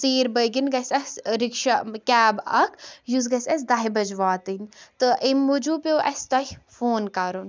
ژیٖرۍ بٲغٮ۪ن گژھِ اَسہِ رِکشا کیب اکھ یُس گژھِ اَسہِ دہہِ بَجہِ واتٕنۍ تہٕ اَمہِ موٗجوٗب پیوٚو اَسہِ تۄہہِ فون کَرُن